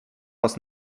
was